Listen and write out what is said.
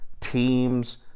teams